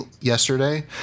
yesterday